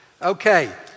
Okay